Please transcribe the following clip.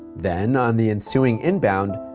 then, on the ensuing end bound,